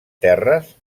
terres